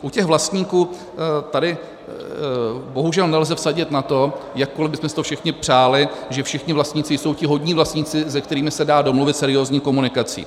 U těch vlastníků tady bohužel nelze vsadit na to, jakkoliv bychom si to všichni přáli, že všichni vlastníci jsou ti hodní vlastníci, se kterými se dá domluvit seriózní komunikací.